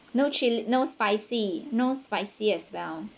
no chill~ no spicy no spicy as well